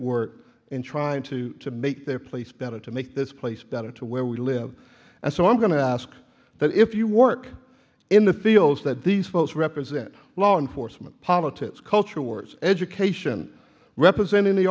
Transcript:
work in trying to make their place better to make this place better to where we live and so i'm going to ask that if you work in the fields that these folks represent law enforcement politics culture wars education representing the